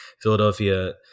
Philadelphia